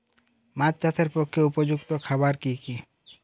মাছ চাষের পক্ষে উপযুক্ত খাবার কি কি?